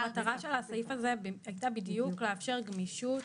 המטרה של הסעיף הזה הייתה בדיוק לאפשר גמישות